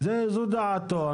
זו דעתו.